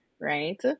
right